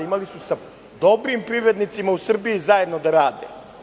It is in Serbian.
Imali su sa dobrim privrednicima u Srbiji zajedno da rade.